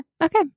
Okay